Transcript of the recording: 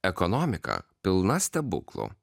ekonomika pilna stebuklų